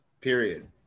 Period